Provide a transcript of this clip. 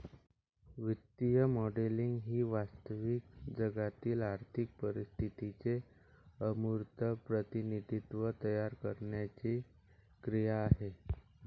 वित्तीय मॉडेलिंग ही वास्तविक जगातील आर्थिक परिस्थितीचे अमूर्त प्रतिनिधित्व तयार करण्याची क्रिया आहे